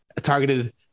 targeted